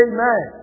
Amen